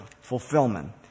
fulfillment